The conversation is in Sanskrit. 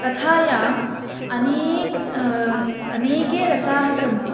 कथायाम् अनेके अनेके रसाः सन्ति